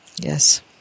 yes